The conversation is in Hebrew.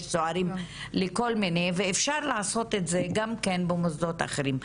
יש צוערים לכל מיני ואפשר לעשות את זה גם במוסדות אחרים.